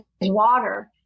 water